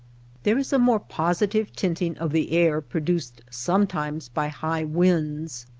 there is a more positive tinting of the air produced sometimes by high winds.